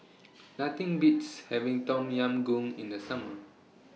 Nothing Beats having Tom Yam Goong in The Summer